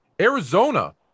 Arizona